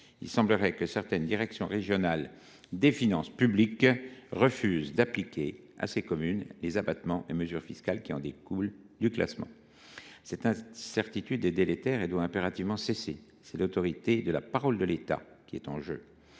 Il semblerait que certaines directions régionales des finances publiques (DRFiP) refusent d’appliquer à ces communes les abattements et mesures fiscales qui découlent du classement. Cette incertitude est délétère et doit impérativement cesser. L’autorité de la parole de l’État est en jeu.